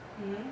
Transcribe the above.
mm